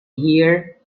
here